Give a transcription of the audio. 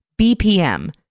BPM